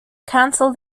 cancel